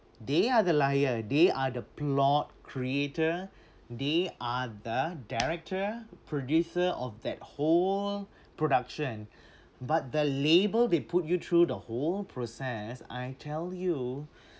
they are the liar they are the plot creator they are the director producer of that whole production but the label they put you through the whole process I tell you